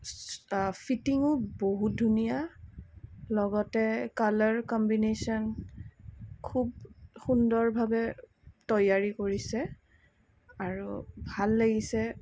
ফিটিঙো বহুত ধুনীয়া লগতে কালাৰ কম্বিনেশ্বন খুব সুন্দৰভাৱে তৈয়াৰী কৰিছে আৰু ভাল লাগিছে